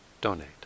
donate